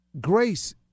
grace